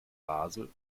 basel